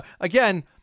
Again